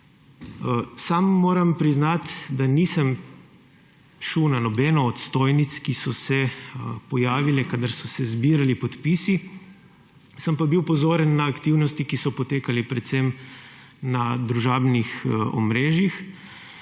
Sam, moram priznati, da nisem šel na nobeno od stojnic, ki so se pojavile, kadar so se zbirali podpisi. Sem pa bil pozoren na aktivnosti, ki so potekale predvsem na družabnih omrežjih.